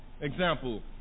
Example